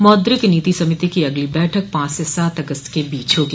मौद्रिक नीति समिति की अगली बैठक पांच से सात अगस्त के बीच होगी